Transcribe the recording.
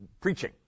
preaching